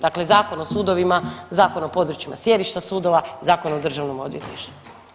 Dakle, Zakon o sudovima, Zakon o područjima sjedišta sudova, Zakon o Državnom odvjetništvu.